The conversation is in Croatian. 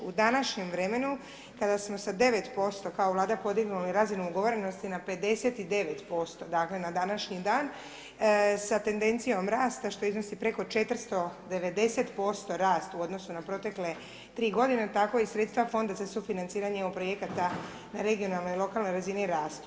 U današnjem vremenu kada smo sa 9% kao Vlada podignuli razinu ugovorenosti na 59% dakle na današnji dan sa tendencijom rasta što iznosi preko 490% rast u odnosu na protekle 3 godine tako i sredstva Fonda za sufinanciranje EU projekata na regionalnoj i lokalnoj razini rastu.